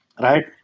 right